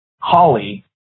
Holly